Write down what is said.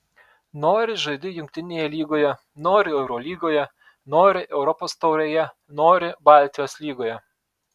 nori žaidi jungtinėje lygoje nori eurolygoje nori europos taurėje nori baltijos lygoje